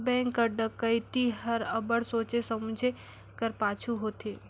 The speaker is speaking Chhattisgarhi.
बेंक कर डकइती हर अब्बड़ सोंचे समुझे कर पाछू होथे